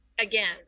again